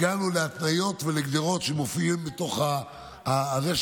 הגענו להתניות ולגדרות שמופיעות בתוך זה,